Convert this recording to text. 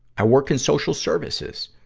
i work in social services.